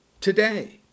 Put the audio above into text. today